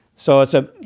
so it's a